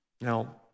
Now